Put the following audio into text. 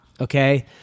okay